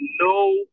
no